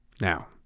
Now